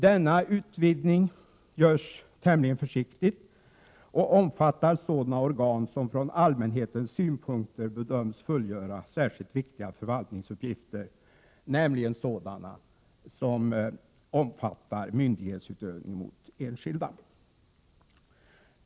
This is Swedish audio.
Denna utvidgning görs tämligen försiktigt och omfattar sådana organ som från allmänhetens synpunkt bedöms fullgöra särskilt viktiga förvaltningsuppgifter, nämligen sådana som omfattar myndighetsutövning gentemot enskilda.